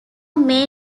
may